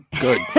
Good